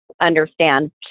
understand